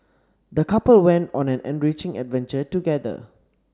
the couple went on an enriching adventure together